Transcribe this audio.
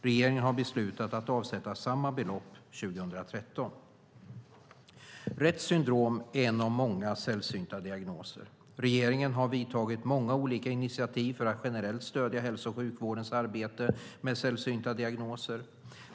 Regeringen har beslutat att avsätta samma belopp 2013. Retts syndrom är en av många sällsynta diagnoser. Regeringen har vidtagit olika initiativ för att generellt stödja hälso och sjukvårdens arbete med sällsynta diagnoser.